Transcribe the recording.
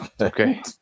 Okay